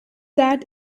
that